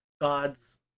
God's